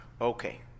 Okay